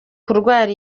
kurwara